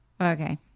Okay